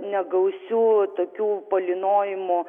negausių tokių palynojimų